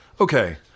okay